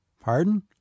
Pardon